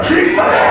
Jesus